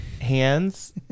hands